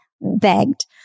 begged